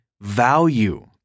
value